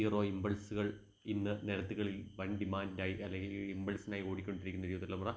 hero ഇമ്പിൾസ്കൾ ഇന്ന് നിരത്തുകളിൽ വൻ ഡിമാൻറ്റായി അല്ലെങ്കില് ഇമ്പിൾസിനായി ഓടിക്കൊണ്ടിരിക്കുന്ന യുവതലമുറ